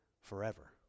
forever